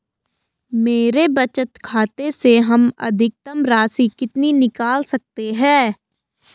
मेरे बचत खाते से हम अधिकतम राशि कितनी निकाल सकते हैं?